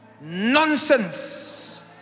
Nonsense